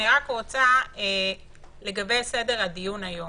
אני רק רוצה לגבי סדר הדיון היום.